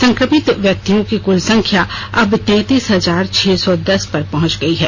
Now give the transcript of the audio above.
संक्रमित व्यक्तियों की कुल संख्या अब तैंतीस हजार छह सौ दस पर पहुंच गई है